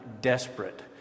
desperate